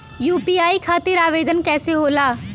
UPI खातिर आवेदन कैसे होला?